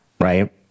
Right